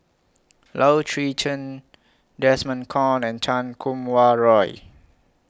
Low Swee Chen Desmond Kon and Chan Kum Wah Roy